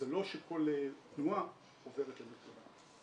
זה לא שכל תנועה עוברת למרכב"ה.